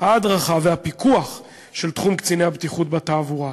ההדרכה והפיקוח של תחום קציני הבטיחות בתעבורה.